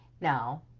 now